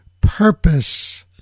purpose